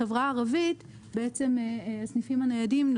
בחברה הערבית הסניפים הניידים בעצם